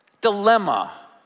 dilemma